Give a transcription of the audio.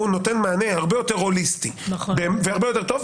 הוא נותן מענה הרבה יותר הוליסטי והרבה יותר טוב,